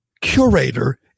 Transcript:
curator